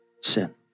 sin